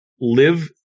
live